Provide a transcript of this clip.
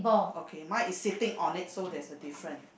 okay mine is sitting on it so that's the difference